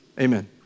Amen